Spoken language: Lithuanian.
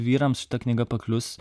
vyrams šita knyga paklius